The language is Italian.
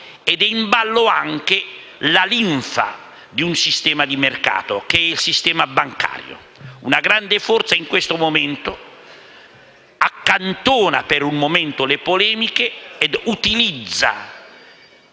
Ed è in ballo anche la linfa di un sistema di mercato, che è il sistema bancario. Una grande forza, in un momento come questo, accantona le polemiche e utilizza